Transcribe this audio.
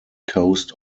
coast